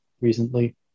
recently